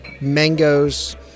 mangoes